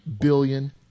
billion